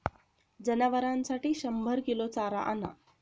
जनावरांसाठी शंभर किलो चारा आणा